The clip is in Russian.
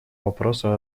вопросу